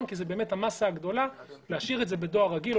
כי זה המסה הגדולה להשאיר רת זה בדואר רגיל או